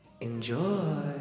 Enjoy